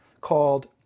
called